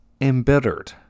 embittered